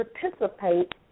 participate